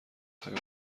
حیاط